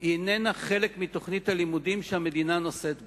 אינה חלק מתוכנית הלימודים שהמדינה נושאת בה,